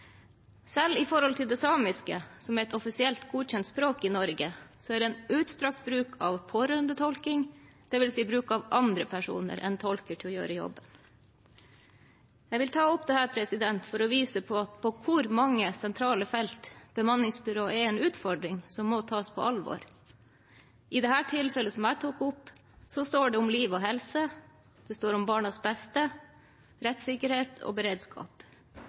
Selv når det gjelder samisk, som er et offisielt godkjent språk i Norge, er det en utstrakt bruk av pårørendetolking, det vil si bruk av andre personer enn tolker til å gjøre jobben. Jeg vil ta opp dette for å vise på hvor mange sentrale felter bemanningsbyråer er en utfordring som må tas på alvor. I det tilfellet jeg tok opp, står det om liv og helse, det står om barnas beste, rettssikkerhet og beredskap.